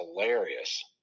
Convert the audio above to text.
hilarious